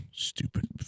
Stupid